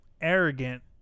arrogant